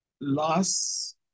loss